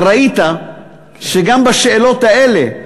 אבל ראית שגם בשאלות האלה,